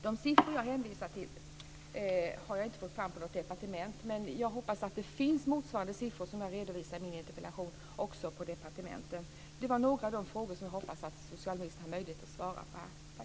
De siffror som jag hänvisar till har jag inte fått fram på något departement. Men jag hoppas att motsvarande siffror som jag redovisar i min interpellation också finns i departementen. Det var några av de frågor som jag hoppas att socialministern har möjlighet att svara på här.